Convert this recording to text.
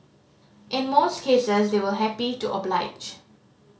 in most cases they will happy to oblige